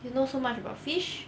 you know so much about fish